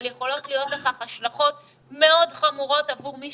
אבל יכולות להיות לכך השלכות מאוד חמורות עבור מי